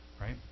right